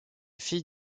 fille